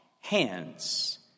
hands